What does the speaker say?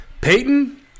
Peyton